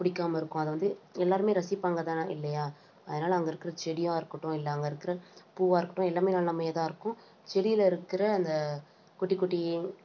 பிடிக்காம இருக்கும் அதை வந்து எல்லாேருமே ரசிப்பாங்கதானே இல்லையா அதனால் அங்கே இருக்கிற செடியாக இருக்கட்டும் இல்லை அங்கே இருக்கிற பூவாக இருக்கட்டும் எல்லாமே நல்லாமேதான் இருக்கும் செடியில் இருக்கிற அந்த குட்டி குட்டி